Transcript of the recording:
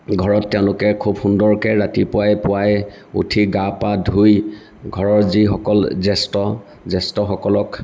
ঘৰত তেওঁলোকে খুব সুন্দৰকৈ ৰাতিপুৱাই উঠি গা পা ধুই ঘৰৰ যিসকল জ্যেষ্ঠ জ্যেষ্ঠসকলৰ